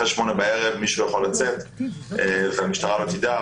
אחרי 20:00 מישהו יכול לצאת והמשטרה לא תדע,